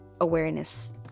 awareness